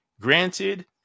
Granted